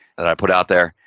that i put out there.